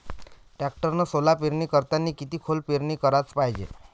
टॅक्टरनं सोला पेरनी करतांनी किती खोल पेरनी कराच पायजे?